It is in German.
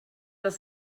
das